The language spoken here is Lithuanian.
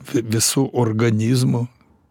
vi visu organizmu